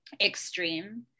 extreme